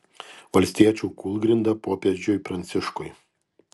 valstiečių kūlgrinda popiežiui pranciškui